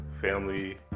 family